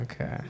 Okay